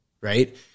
right